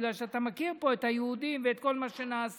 בגלל שאתה מכיר פה את היהודים ואת כל מה שנעשה.